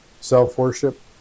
Self-worship